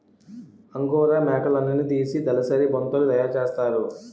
angora మేకలున్నితీసి దలసరి బొంతలు తయారసేస్తారు